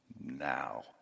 now